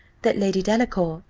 that lady delacour,